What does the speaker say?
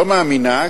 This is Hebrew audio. לא "מאמינה",